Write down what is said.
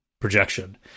projection